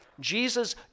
Jesus